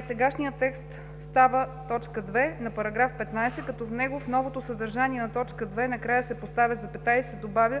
сегашният текст става т. 2 на § 15, като в него, в новото съдържание на т. 2 на края се поставя запетая и се добавя